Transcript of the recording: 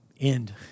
end